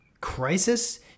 crisis